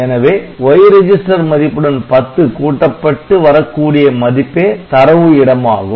எனவே Y register மதிப்புடன் '10' கூட்டப்பட்டு வரக்கூடிய மதிப்பே தரவு இடமாகும்